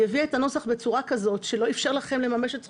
הביאה את הנוסח בצורה כזאת שלא אפשר לכם לממש את זכותכם.